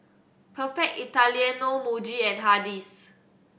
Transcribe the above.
Perfect Italiano Muji and Hardy's